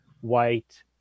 white